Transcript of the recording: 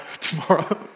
tomorrow